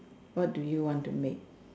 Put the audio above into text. what do you want to make